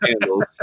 candles